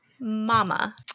Mama